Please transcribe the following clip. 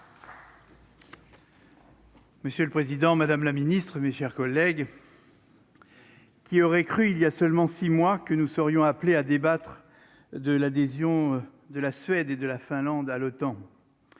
Monsieur le Président, Madame la Ministre, mes chers collègues. Qui aurait cru il y a seulement 6 mois que nous serions appelés à débattre de l'adhésion de la Suède et de la Finlande à l'OTAN,